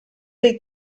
dei